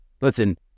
listen